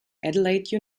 adelaide